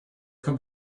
kommt